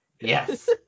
Yes